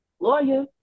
Lawyer